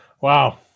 Wow